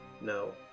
no